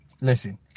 Listen